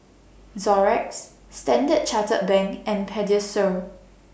Xorex Standard Chartered Bank and Pediasure